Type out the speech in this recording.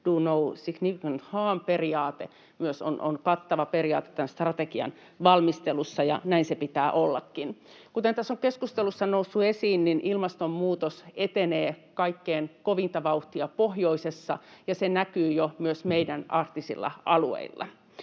do no significant harm ‑periaate ovat kattavia periaatteita tämän strategian valmistelussa, ja näin sen pitää ollakin. Kuten tässä keskustelussa on noussut esiin, ilmastonmuutos etenee kaikkein kovinta vauhtia pohjoisessa, ja se näkyy jo myös meidän arktisilla alueilla.